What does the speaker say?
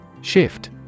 Shift